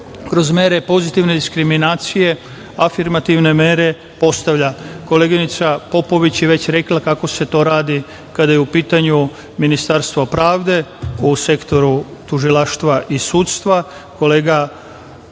kroz mere pozitivne diskriminacije, afirmativne mere postavlja. Koleginica Popović je već rekla kako se to radi kada je u pitanju Ministarstvo pravde u Sektoru tužilaštva i sudstva.